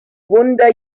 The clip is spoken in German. wunder